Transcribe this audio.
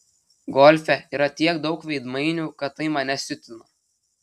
golfe yra tiek daug veidmainių kad tai mane siutina